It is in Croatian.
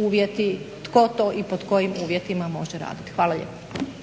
uvjeti tko to i pod kojim uvjetima može raditi. Hvala lijepo.